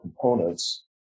components